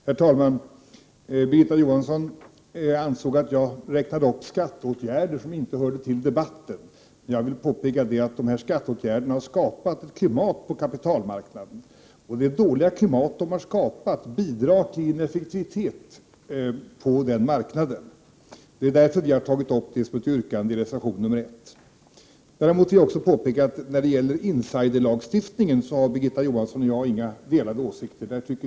Herr talman! Birgitta Johansson ansåg att jag räknade upp skatteåtgärder som inte hörde till debatten. Men jag vill påpeka att dessa skatteåtgärder har skapat ett dåligt klimat på kapitalmarknaden som bidrar till ineffektivitet på denna marknad. Det är därför vi har tagit upp detta som ett yrkande i reservation 1. När det gäller insiderlagstiftningen har Birgitta Johansson och jag inte olika åsikter.